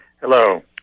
Hello